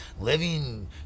living